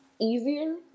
easier